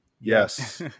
Yes